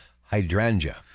hydrangea